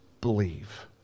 believe